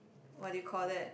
what do you call that